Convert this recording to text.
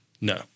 No